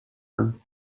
land